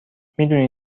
میدونی